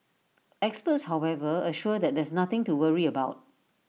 experts however assure that there's nothing to worry about